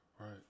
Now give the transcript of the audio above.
right